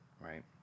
right